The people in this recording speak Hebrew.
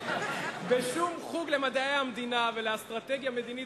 בשום חוג למדעי המדינה ולאסטרטגיה מדינית,